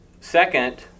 Second